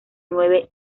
nueve